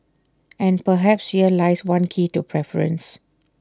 and perhaps here lies one key to preference